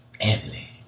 Anthony